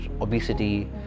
obesity